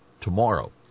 tomorrow